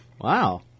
Wow